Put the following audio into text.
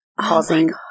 Causing